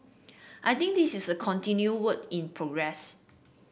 I think this is a continued work in progress